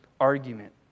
argument